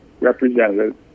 representative